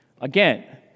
Again